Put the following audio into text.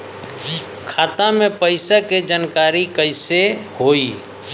खाता मे पैसा के जानकारी कइसे होई?